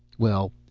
well,